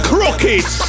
Crooked